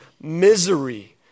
misery